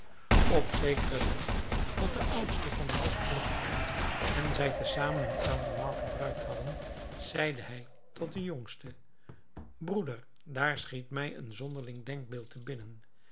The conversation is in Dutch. op zekeren dag dat de oudste van de jagt terugkwam en zij te zamen hun avondmaal gebruikt hadden zeide hij tot den jongsten broeder daar schiet mij een zonderling denkbeeld te binnen